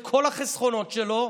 את כל החסכונות שלו,